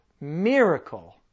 miracle